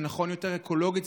זה נכון יותר אקולוגית,